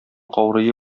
каурые